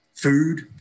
Food